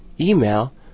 email